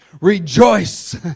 Rejoice